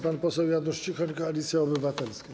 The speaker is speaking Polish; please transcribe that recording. Pan poseł Janusz Cichoń, Koalicja Obywatelska.